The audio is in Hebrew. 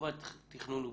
חובת תכנון ובניה.